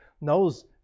knows